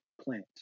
plant